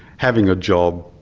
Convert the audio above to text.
having a job,